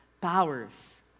powers